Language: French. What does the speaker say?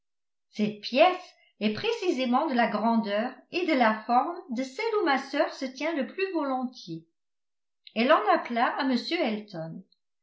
cette pièce est précisément de la grandeur et de la forme de celle où ma sœur se tient le plus volontiers elle en appela à m elton